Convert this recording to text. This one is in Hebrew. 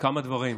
כמה דברים: